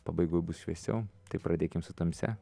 pabaigoj bus šviesiau tai pradėkim su tamsia